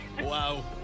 Wow